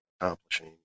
accomplishing